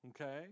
Okay